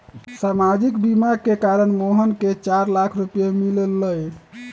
सामाजिक बीमा के कारण मोहन के चार लाख रूपए मिल लय